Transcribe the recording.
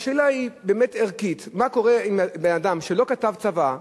והשאלה באמת ערכית: מה קורה עם בן-אדם שלא כתב צוואה,